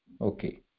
Okay